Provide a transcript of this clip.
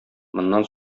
моннан